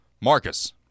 marcus